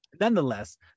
nonetheless